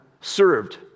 served